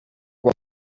what